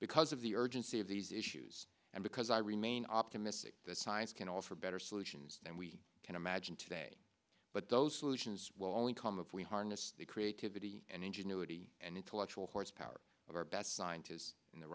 because of the urgency of these issues and because i remain optimistic that science can offer better solutions and we can imagine today but those solutions will only come if we harness the creativity and ingenuity and intellectual horsepower of our best scientists in the